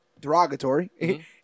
derogatory